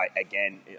again